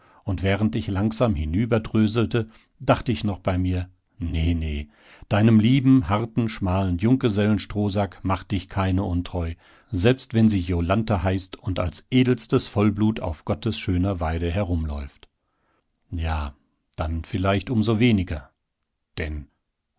und während ich langsam hinüberdröselte dacht ich noch bei mir ne ne deinem lieben harten schmalen junggesellenstrohsack macht dich keine untreu selbst wenn sie jolanthe heißt und als edelstes vollblut auf gottes schöner weide herumläuft ja dann vielleicht um so weniger denn